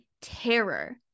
terror